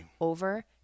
over